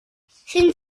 sind